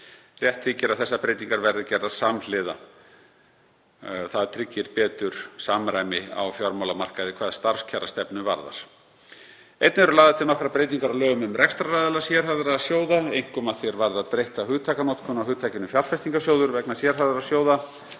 Rétt þykir að þessar breytingar verði gerðar samhliða til að gæta samræmis á fjármálamarkaði hvað starfskjarastefnu varðar. Einnig eru lagðar til nokkrar breytingar á lögum um rekstraraðila sérhæfðra sjóða, einkum að því er varðar breytta hugtakanotkun á hugtakinu fjárfestingarsjóður vegna sérhæfðra sjóða